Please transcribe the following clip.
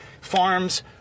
farms